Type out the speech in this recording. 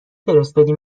فرستادی